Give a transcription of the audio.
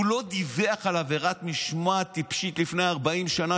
הוא לא דיווח על עבירת משמעת טיפשית מלפני 40 שנה,